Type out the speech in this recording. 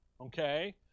okay